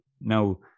Now